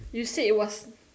you said it was